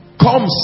Come